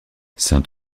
saint